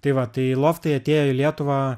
tai va tai loftai atėję į lietuvą